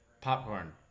Popcorn